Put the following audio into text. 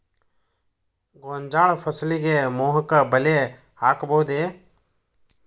ಗೋಂಜಾಳ ಫಸಲಿಗೆ ಮೋಹಕ ಬಲೆ ಹಾಕಬಹುದೇ?